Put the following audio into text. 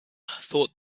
thought